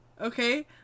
Okay